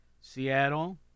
Seattle